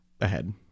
ahead